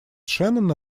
шеннона